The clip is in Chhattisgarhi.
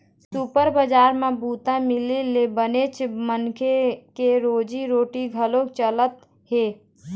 सुपर बजार म बूता मिले ले बनेच मनखे के रोजी रोटी घलोक चलत हे